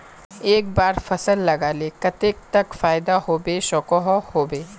एक बार फसल लगाले कतेक तक फायदा होबे सकोहो होबे?